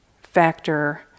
factor